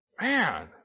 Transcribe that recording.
Man